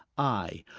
i,